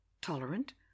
tolerant